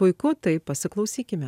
puiku tai pasiklausykime